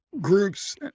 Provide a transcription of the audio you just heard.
groups